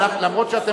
בהתאם לסמכותי,